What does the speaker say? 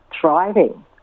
thriving